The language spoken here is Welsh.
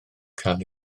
cael